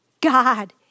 God